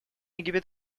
египет